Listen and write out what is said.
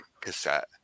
cassette